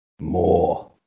more